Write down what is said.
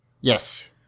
Yes